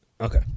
Okay